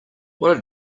what